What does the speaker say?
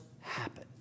happen